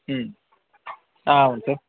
వు స